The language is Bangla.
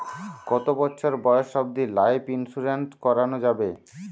কতো বছর বয়স অব্দি লাইফ ইন্সুরেন্স করানো যাবে?